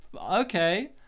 okay